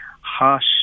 harsh